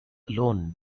alone